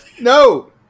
no